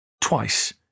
twice